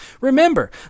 Remember